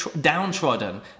downtrodden